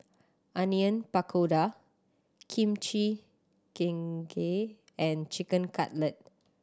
Onion Pakora Kimchi Jjigae and Chicken Cutlet